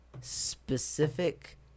specific